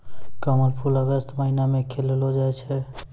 कमल फूल अगस्त महीना मे खिललो जाय छै